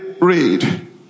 read